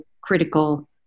critical